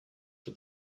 for